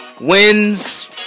wins